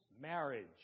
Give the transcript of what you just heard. marriage